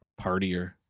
partier